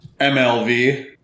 MLV